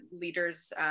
leaders